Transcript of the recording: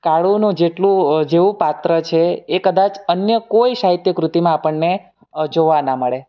કાળુનું જેટલું જેવું પાત્ર છે એ કદાચ અન્ય કોઈ સાહિત્ય કૃતિમાં આપણને જોવા ન મળે